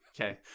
Okay